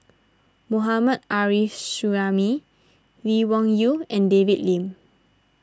Mohammad Arif Suhaimi Lee Wung Yew and David Lim